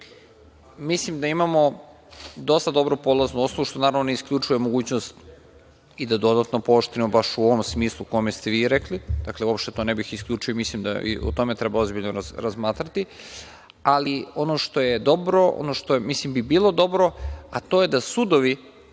Mislim da imamo dosta dobru polaznu osnovu, što naravno ne isključuje mogućnost i da dodatno pooštrimo baš u ovom smislu u kome ste vi rekli, dakle, uopšte to ne bih isključio i mislim da i o tome treba ozbiljno razmatrati. Ono što je dobro, mislim, što bi bilo dobro, a to je da sudovi